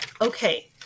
Okay